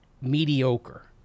mediocre